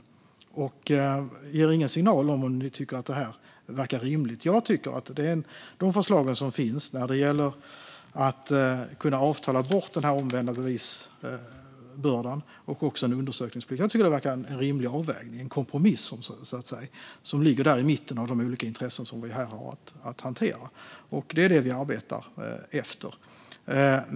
Debattörerna ger heller inga signaler om huruvida de tycker att förslagen verkar rimliga. Jag tycker att de förslag som finns om att kunna avtala bort den omvända bevisbördan och om undersökningsplikt verkar vara en rimlig avvägning. Det verkar vara en kompromiss som ligger mittemellan de olika intressen vi har att hantera här. Det är det vi arbetar efter.